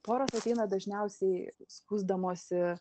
poros ateina dažniausiai skųsdamosi